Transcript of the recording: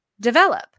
develop